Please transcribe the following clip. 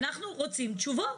אנחנו רוצים תשובות.